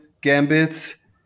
Gambits